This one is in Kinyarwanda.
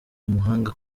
umuhanga